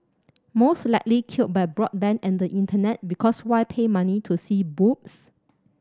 most likely killed by broadband and the Internet because why pay money to see boobs